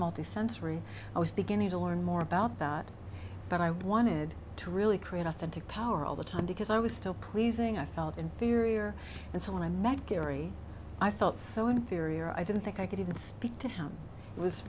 multisensory i was beginning to learn more about that but i wanted to really create authentic power all the time because i was still pleasing i felt inferior and so when i met gary i felt so inferior i didn't think i could even speak to him it was